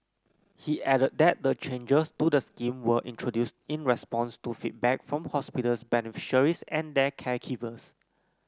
he added that the changes to the scheme were introduced in response to feedback from hospitals beneficiaries and their caregivers